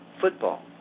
football